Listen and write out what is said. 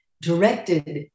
directed